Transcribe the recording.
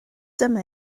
dyma